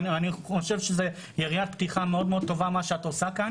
מה שאת עושה כאן